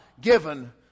given